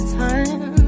time